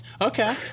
Okay